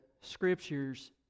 Scriptures